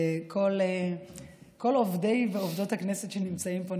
כל עובדי ועובדות הכנסת שנמצאים פה,